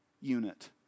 unit